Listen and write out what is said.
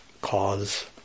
cause